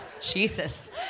Jesus